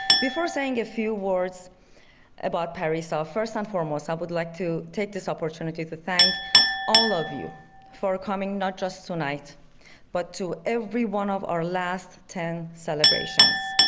before saying a few words about parissa, first and foremost i would like to take this opportunity to thank all of you for coming not just tonight but to every one of our last ten celebrations.